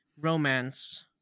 romance